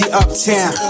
uptown